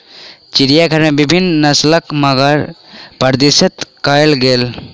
चिड़ियाघर में विभिन्न नस्लक मगर प्रदर्शित कयल गेल